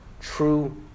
true